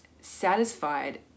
satisfied